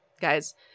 Guys